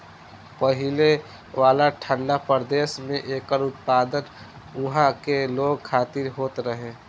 पहिले वाला ठंडा प्रदेश में एकर उत्पादन उहा के लोग खातिर होत रहे